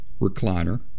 recliner